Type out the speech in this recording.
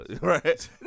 right